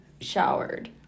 showered